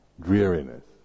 dreariness